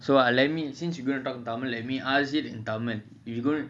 so ah lamin since you're going to talk tamil with me ask me in tamil